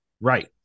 Right